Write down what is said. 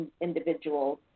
individuals